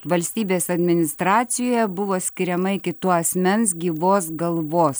valstybės administracijoje buvo skiriama iki tuo asmens gyvos galvos